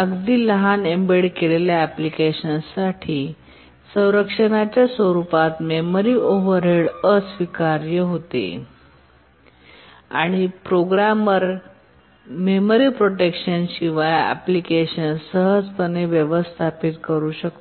अगदी लहान एम्बेड केलेल्या एप्लीकेशनसांसाठी संरक्षणाच्या स्वरुपात मेमरी ओव्हरहेड अस्वीकार्य होते आणि प्रोग्रामर मेमरी प्रोटेक्शन शिवाय एप्लीकेशनस सहजपणे व्यवस्थापित करू शकतो